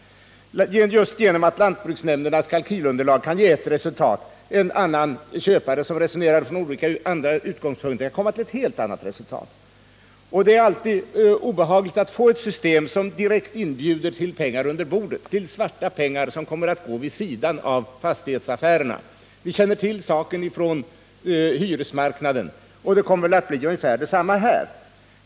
Lantbruksnämndens kalkylunderlag kan ge ett resultat, medan en köpare som resonerar från andra utgångspunkter kan komma till ett helt annat. Det är alltid obehagligt med ett system som direkt inbjuder till pengar under bordet, till svarta pengar som kommer att gå vid sidan av fastighetsaffärerna. Vi känner till detta från hyresmarknaden. Det kommer väl att bli ungefär likadant här.